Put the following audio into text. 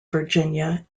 virginia